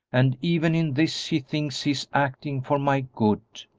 and even in this he thinks he is acting for my good.